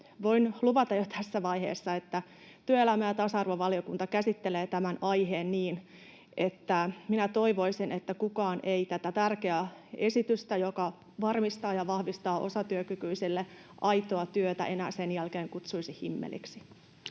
Voin luvata jo tässä vaiheessa, että työelämä- ja tasa-arvovaliokunta käsittelee tämän aiheen niin, että minä toivoisin, että kukaan ei tätä tärkeää esitystä, joka varmistaa ja vahvistaa osatyökykyisille aitoa työtä, enää sen jälkeen kutsuisi himmeliksi.